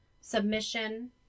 submission